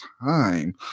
time